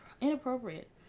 inappropriate